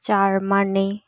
Germany